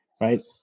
right